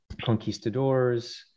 conquistadors